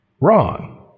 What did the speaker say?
Wrong